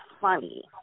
funny